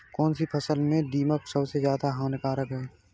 कौनसी फसल में दीमक सबसे ज्यादा हानिकारक है?